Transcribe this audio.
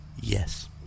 Yes